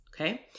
Okay